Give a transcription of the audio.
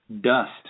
dust